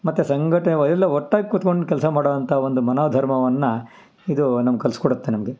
ಮತ್ತು ಸಂಘಟೆವ ಎಲ್ಲ ಒಟ್ಟಾಗಿ ಕೂತ್ಕೊಂಡು ಕೆಲಸ ಮಾಡೋ ಅಂಥ ಒಂದು ಮನೋಧರ್ಮವನ್ನು ಇದು ನಮ್ಗೆ ಕಲಿಸ್ಕೊಡುತ್ತೆ ನಮಗೆ